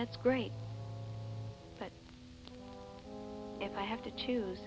that's great but if i have to choose